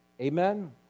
amen